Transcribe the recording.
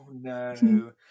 no